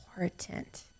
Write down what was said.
important